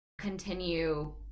continue